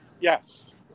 Yes